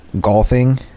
golfing